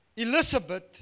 Elizabeth